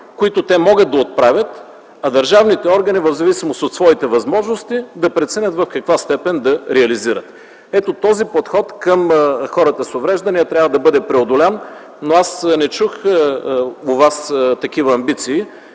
които те могат да отправят, а държавните органи в зависимост от своите възможности да преценят в каква степен да реализират. Ето този подход към хората с увреждания трябва да бъде преодолян, но аз не чух у вас такива амбиции.